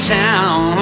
town